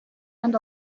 and